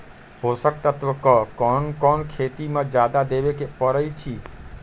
पोषक तत्व क कौन कौन खेती म जादा देवे क परईछी?